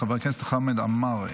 חבר הכנסת חמד עמאר,